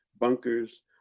bunkers